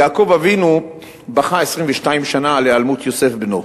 יעקב אבינו בכה 22 שנה על היעלמות יוסף בנו.